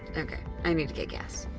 ok. i need to get gas.